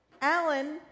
Alan